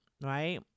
right